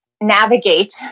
navigate